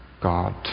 God